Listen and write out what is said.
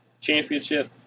Championship